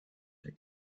der